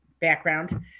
background